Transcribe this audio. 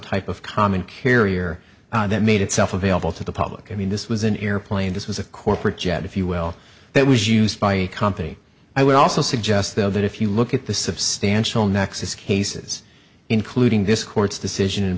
type of common carrier that made itself available to the public i mean this was an airplane this was a corporate jet if you will that was used by company i would also suggest though that if you look at the substantial nexus cases including this court's decision